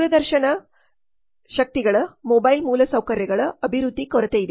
ದೂರದರ್ಶನ ಶಕ್ತಿಗಳ ಮೊಬೈಲ್ ಮೂಲಸೌಕರ್ಯಗಳ ಅಭಿವೃದ್ಧಿ ಕೊರತೆ ಇದೆ